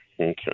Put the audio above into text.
Okay